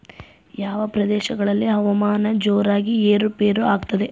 ಯಾವ ಪ್ರದೇಶಗಳಲ್ಲಿ ಹವಾಮಾನ ಜೋರಾಗಿ ಏರು ಪೇರು ಆಗ್ತದೆ?